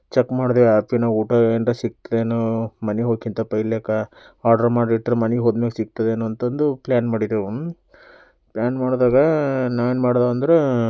check ಮಾಡಿದೆವು ಆಪಿನ್ಯಾಗೆ ಊಟ ಏನರೆ ಸಿಗ್ತೆದೆನೋ ಮನೆ ಹೋಕಿಂತ ಪೆಹೆಲೆಕ ಆರ್ಡರು ಮಾಡಿಟ್ರ ಮನೆಗೆ ಹೋದ್ಮೇಲೆ ಸಿಗ್ತದೇನೊ ಅಂತಂದು ಪ್ಲ್ಯಾನ್ ಮಾಡಿದೆವೂಂ ಪ್ಲ್ಯಾನ್ ಮಾಡಿದಾಗ ನಾವೇನು ಮಾಡಿದೆವು ಅಂದ್ರೆ